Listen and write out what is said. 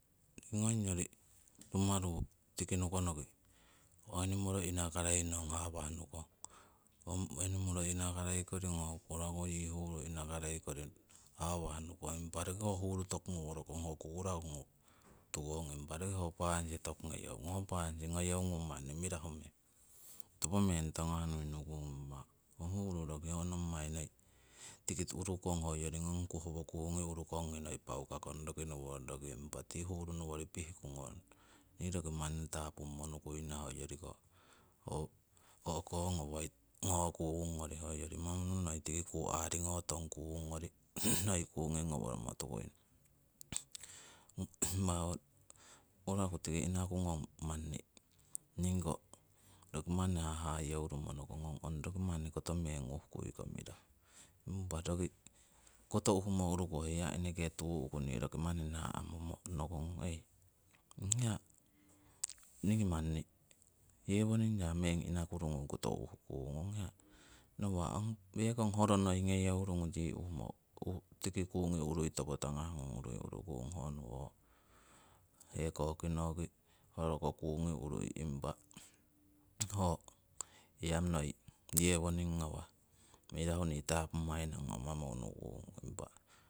Ngong ngori rumaru tiki nukonoki ho animal inakarei nong hawah nukong, ong animal inakarei kori ho kukuraku yii huru inakarei kori hawah nukong impa roki ho huru toku ngoworokong ho kukuraku tukong, impa roki ho banis toku ngeyeu ngong, ho banis ngeyeu ngui manni mirahu meng, topo meng tangah nuinukung. Impa ong huru roki ho nommai noi tiki urukong hoyori ngong howo kuungi urukongi noi paukakong roki nowori roki, impa tii huru nowori pihkungong nii roki manni tapungmo nukuina hoyoriko o'ko ngowoi ngokuung hoyori manunu noi tii kuu aringo tongkungori noi kuungi ngoworomo tukuung ngori. impa ho kukuraku tiki inakungong manni roki manni hahayeurumo nokongong ong roki manni kotomeng uhukuiko mirahu, impa roki koto uhumo uruku hoi hiya tuu'ku roki manni naa'mumo nokongong, heii ong hiya ningii manni yewoning ya meng inakurungu koto uhukung, ong hiya nawa' ong pekong horo nei ngeyeurungu tiki kuungi urui topo tangahngung urui urukuung honowo hekoki noki horoko kuungi urui impa ho hiya noi hewoning ngawah mirahu nii tapumai nong amamo unukuung impa